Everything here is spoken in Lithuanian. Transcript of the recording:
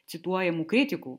cituojamų kritikų